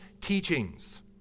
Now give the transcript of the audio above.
teachings